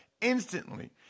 instantly